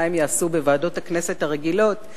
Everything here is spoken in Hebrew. מה כבר יעשו בוועדות הכנסת הרגילות.